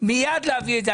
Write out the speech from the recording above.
מיד להביא את זה.